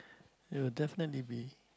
they'll definitely be